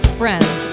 friends